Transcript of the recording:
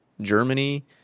germany